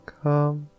come